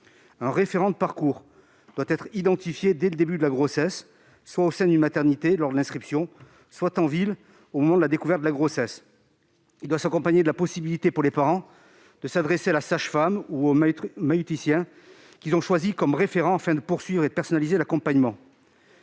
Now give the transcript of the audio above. Un référent de parcours doit être identifié dès le début de la grossesse, soit, lors de l'inscription, au sein de la maternité, soit, en ville, au moment de la découverte de la grossesse. Cette identification doit s'accompagner de la possibilité, pour les parents, de s'adresser à la sage-femme ou au maïeuticien qu'ils ont choisi comme référent, afin de poursuivre et de personnaliser l'accompagnement.